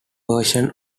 version